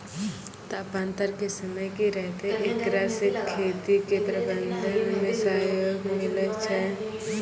तापान्तर के समय की रहतै एकरा से खेती के प्रबंधन मे सहयोग मिलैय छैय?